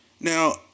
Now